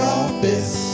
office